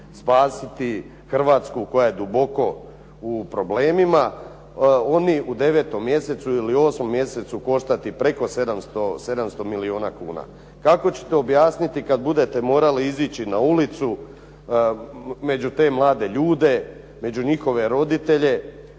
spasiti Hrvatsku koja je duboko u problemima oni u 9. mjesecu ili u 8. mjesecu koštati preko 700 milijuna kuna. Kako ćete objasniti kad budete morali izići na ulicu među te mlade ljude, među njihove roditelje,